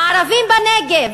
הערבים בנגב,